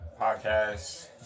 podcast